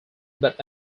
but